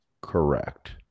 correct